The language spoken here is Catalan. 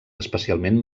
especialment